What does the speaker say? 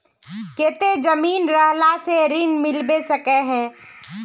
केते जमीन रहला से ऋण मिलबे सके है?